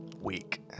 week